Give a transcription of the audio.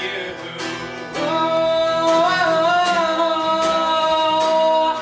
you oh